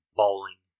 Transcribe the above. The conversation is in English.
bowling